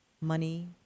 money